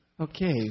Okay